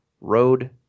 road